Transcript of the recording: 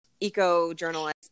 eco-journalist